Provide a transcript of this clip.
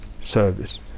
service